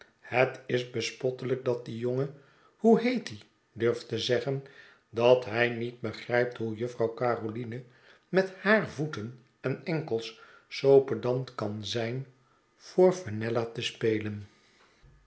het is bespottelijk dat die jonge hoeheetie durft te zeggen dat hij niet begrijpt hoe juffrouw caroline met haar voeten en enkels zoo pedant kan zijn voor fen ell a te spelen